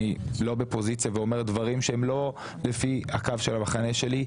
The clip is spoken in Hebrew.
אני לא בפוזיציה ואומר דברים שהם לא לפי הקו של המחנה שלי,